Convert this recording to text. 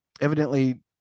Evidently